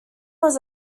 was